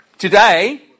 Today